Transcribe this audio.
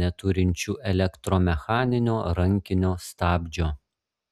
neturinčių elektromechaninio rankinio stabdžio